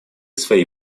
свои